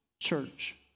Church